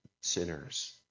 sinners